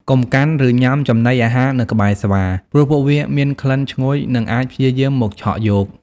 កុំកាន់ ឬញ៉ាំចំណីអាហារនៅក្បែរស្វា ព្រោះពួកវាមានក្លិនឈ្ងុយ និងអាចព្យាយាមមកឆក់យក។